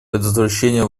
предотвращение